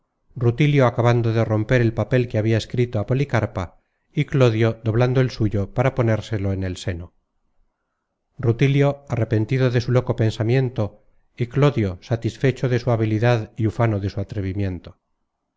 rutilio acabando de romper el papel que habia escrito á policarpa y clodio doblando el suyo para ponérselo en el seno rutilio arrepentido de su loco pensamiento y clodio satisfecho de su habilidad y ufano de su atrevimiento